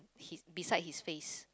his beside his face